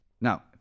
Now